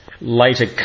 later